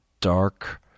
dark